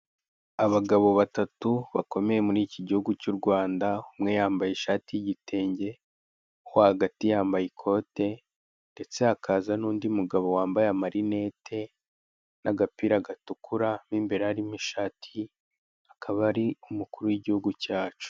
Abagabo batatu bakomeye muri iki gihugu cy'Urwanda. Umwe yambaye ishati y'igitenge uwo hagati yambaye ikote, ndetse hakaza n'undi mugabo wambaye marinete n'agapira gatukura imbere harimo ishati akaba ari umukuru w'igihugu cyacu.